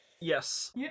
Yes